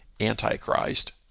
antichrist